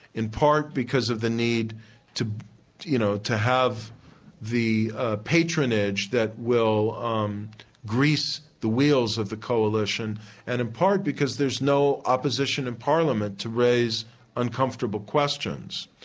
in part because of the need to you know to have the ah patronage that will um grease the wheels of the coalition and in part because there's no opposition in parliament to raise uncomfortable questions.